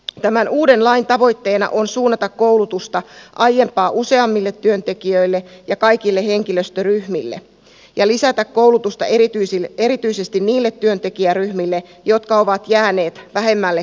tämän uuden lain tavoitteena on suunnata koulutusta aiempaa useammille työntekijöille ja kaikille henkilöstöryhmille ja lisätä koulutusta erityisesti niille työntekijäryhmille jotka ovat jääneet vähemmälle koulutukselle